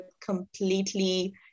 completely